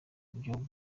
buryo